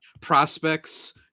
prospects